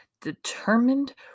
determined